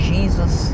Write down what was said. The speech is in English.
Jesus